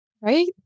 right